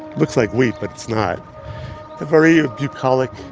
looks like wheat but it's not. a very ah bucolic